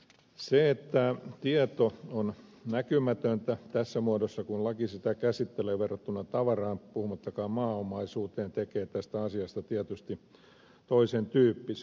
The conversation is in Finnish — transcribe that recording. se että tieto on näkymätöntä tässä muodossa kuin laki sitä käsittelee verrattuna tavaraan puhumattakaan maaomaisuudesta tekee tästä asiasta tietysti toisen tyyppisen